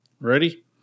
Ready